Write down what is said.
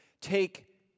take